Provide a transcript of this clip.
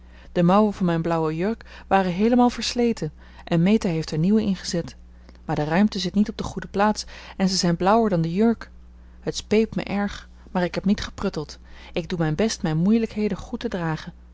de mouwen van mijn blauwe jurk waren heelemaal versleten en meta heeft er nieuwe ingezet maar de ruimte zit niet op de goeie plaats en zij zijn blauwer dan de jurk het speet me erg maar ik heb niet gepruttelt ik doe mijn best mijn moeilijkheden goed te dragen